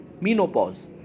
Menopause